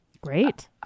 Great